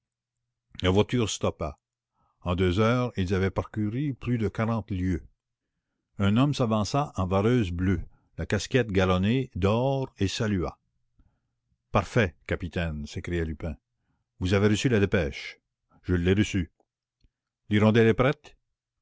la voiture stoppa en deux heures ils avaient parcouru plus de quarante lieues un homme s'avança en vareuse bleue la casquette galonnée d'or et salua parfait capitaine s'écria lupin vous avez reçu la dépêche je l'ai reçue l'hirondelle est prête